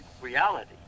reality